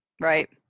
Right